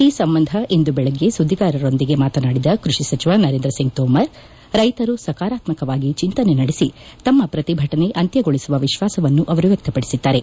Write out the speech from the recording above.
ಈ ಸಂಬಂಧ ಇಂದು ಬೆಳಗ್ಗೆ ಸುದ್ದಿಗಾರೊಂದಿಗೆ ಮಾತನಾಡಿದ ಕೃಷಿ ಸಚಿವ ನರೇಂದ್ರಸಿಂಗ್ ತೋಮರ್ ರೈತರು ಸಕಾರಾತ್ರಕವಾಗಿ ಚಿಂತನೆ ನಡೆಸಿ ತಮ್ಮ ಪ್ರತಿಭುನೆ ಅಂತ್ಯಗೊಳಿಸುವ ವಿಶ್ವಾಸವನ್ನು ಅವರು ವ್ಯಕ್ತಪಡಿಸಿದ್ದಾರೆ